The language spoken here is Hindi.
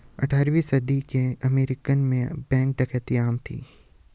अठारहवीं सदी के अमेरिका में बैंक डकैती आम थी